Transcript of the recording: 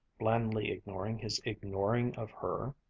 blandly ignoring his ignoring of her.